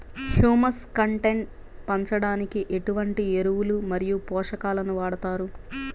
Humus content పెంచడానికి ఎటువంటి ఎరువులు మరియు పోషకాలను వాడతారు?